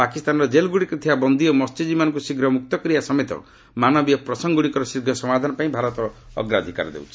ପାକିସ୍ତାନର ଜେଲ୍ଗୁଡ଼ିକରେ ଥିବା ବନ୍ଦୀ ଓ ମହ୍ୟଜୀବୀମାନଙ୍କୁ ଶୀଘ୍ର ମୁକ୍ତ କରିବା ସମେତ ମାନବୀୟ ପ୍ରସଙ୍ଗଗୁଡ଼ିକର ଶୀଘ୍ର ସମାଧାନ ପାଇଁ ଭାରତ ଅଗ୍ରାଧକାର ଦେଇଛି